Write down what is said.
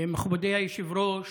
מכובדי היושב-ראש,